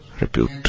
repute